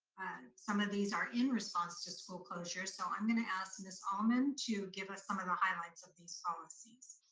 some of these are in response to school closures, so i'm gonna ask miss allaman to give us some of the highlights of these policies.